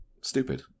stupid